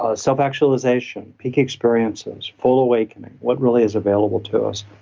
ah self-actualization, peak experiences, full awakening. what really is available to us,